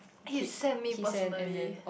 he send me personally